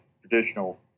traditional